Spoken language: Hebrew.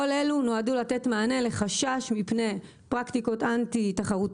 כל אלו נועדו לתת מענה לחשש מפני פרקטיקות אנטי-תחרותיות